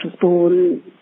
born